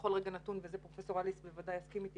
בכל רגע נתון ועל זה פרופ' אליס בוודאי יסכים איתי